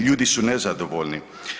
Ljudi su nezadovoljni.